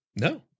No